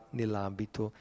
nell'ambito